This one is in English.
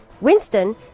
Winston